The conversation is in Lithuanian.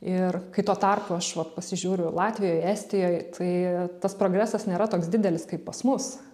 ir kai tuo tarpu aš vat pasižiūriu latvijoj estijoj tai tas progresas nėra toks didelis kaip pas mus